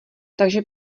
takže